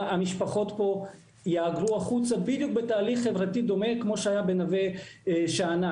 המשפחות פה יהגרו החוצה בדיוק בתהליך חברתי דומה כמו שהיה בנווה שאנן.